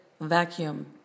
vacuum